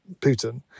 Putin